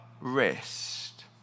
rest